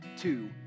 two